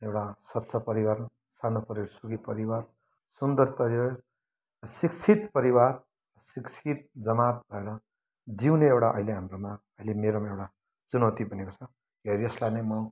एउटा सच्चा परिवार सानो परिवार सुखी परिवार सुन्दर परिवार शिक्षित परिवार शिक्षित जमात भएर जिउने एउटा अहिले हाम्रोमा अहिले मेरोमा एउटा चुनौती बनेको छ र यसलाई नै म